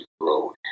road